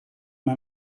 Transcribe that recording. man